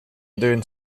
doing